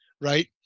right